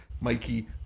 Mikey